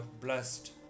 blessed